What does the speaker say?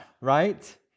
right